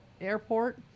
airport